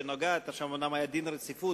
שם היה דיון רציפות,